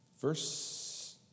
verse